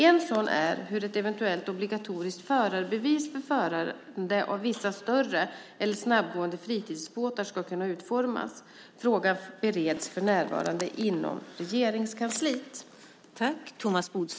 En sådan är hur ett eventuellt obligatoriskt förarbevis för förande av vissa större eller snabbgående fritidsbåtar skulle kunna utformas. Frågan bereds för närvarande inom Regeringskansliet.